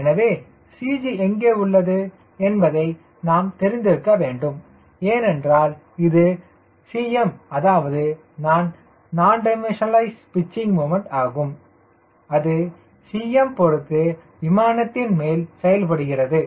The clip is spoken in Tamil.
எனவே CG எங்கு உள்ளது என்பதை நான் தெரிந்திருக்க வேண்டும் ஏனென்றால் இது Cm அதாவது நான் டைம்மெஷினைலஸ் பிச்சிங் முமண்ட் ஆகும் அது CG பொருத்து விமானத்தின் மேல் செயல்படுகிறது